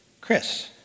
Chris